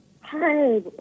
Hi